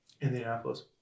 Indianapolis